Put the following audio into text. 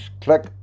click